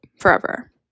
forever